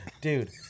Dude